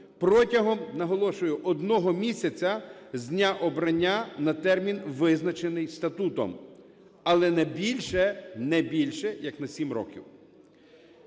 протягом, наголошую, одного місяця з дня обрання на термін, визначений статутом, але не більше, не більше як на 7 років.